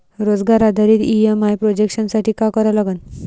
रोजगार आधारित EMI projection साठी का करा लागन?